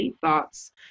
Thoughts